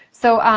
so,